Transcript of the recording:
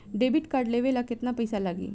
Debit card लेवे ला केतना पईसा लागी?